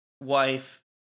wife